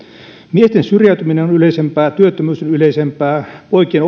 miesten syrjäytyminen on yleisempää työttömyys on yleisempää poikien